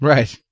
Right